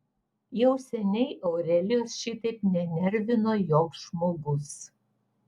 jau seniai aurelijos šitaip nenervino joks žmogus